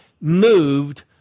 moved